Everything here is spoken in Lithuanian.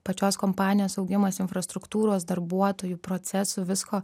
pačios kompanijos augimas infrastruktūros darbuotojų procesų visko